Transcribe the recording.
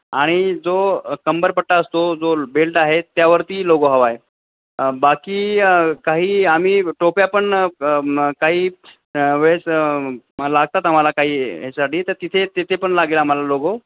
आणि जो कंबरपट्टा असतो जो बेल्ट आहे त्यावरती लोगो हवा आहे बाकी काही आम्ही टोप्या पण काही वेळेस लागतात आम्हाला काही ह्यासाठी तर तिथे तिथे पण लागेल आम्हाला लोगो